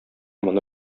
моны